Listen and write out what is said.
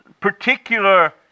particular